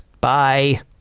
Bye